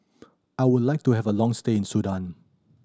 I would like to have a long stay in Sudan